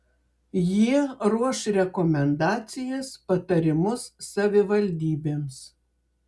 jie ruoš rekomendacijas patarimus savivaldybėms